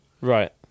right